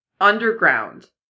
underground